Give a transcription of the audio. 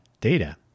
data